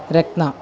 रत्ना